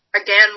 Again